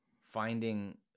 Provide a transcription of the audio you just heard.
finding